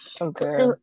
okay